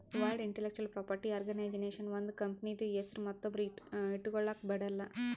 world intellectual property organization ಒಂದ್ ಕಂಪನಿದು ಹೆಸ್ರು ಮತ್ತೊಬ್ರು ಇಟ್ಗೊಲಕ್ ಬಿಡಲ್ಲ